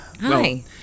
Hi